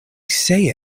say